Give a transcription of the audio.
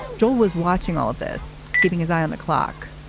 um joe was watching all of this, keeping his eye on the clock.